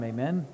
Amen